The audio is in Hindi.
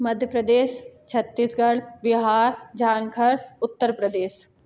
मध्य प्रदेश छत्तीसगढ़ बिहार झारखंड उत्तर प्रदेश